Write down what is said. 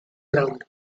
ground